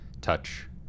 touch